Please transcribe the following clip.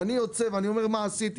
ואני יוצא ואומר מה אני עשיתי,